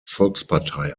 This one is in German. volkspartei